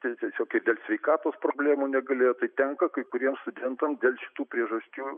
tiesiog ir dėl sveikatos problemų negalėjo tai tenka kai kuriem studentam dėl šitų priežasčių